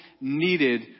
needed